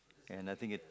and I think it